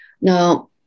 Now